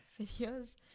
videos